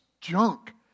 junk